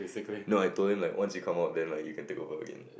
no I told them like once you come out then you can take over again